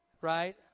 Right